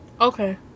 Okay